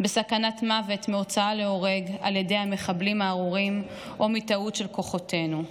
בסכנת מוות מהוצאה להורג על ידי המחבלים הארורים או מטעות של כוחותינו.